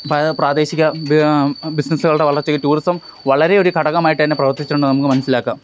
പഴയ പ്രാദേശിക ബിസിനെസ്സുകളുടെ വളർച്ചക്ക് ടൂറിസം വളരെ ഒരു ഘടകമായിട്ടു തന്നെ പ്രവർത്തിച്ചിട്ടു ണ്ട് നമുക്ക് മനസ്സിലാക്കാം